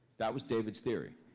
that was david's theory.